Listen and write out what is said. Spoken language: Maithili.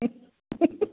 इह